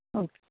okay